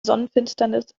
sonnenfinsternis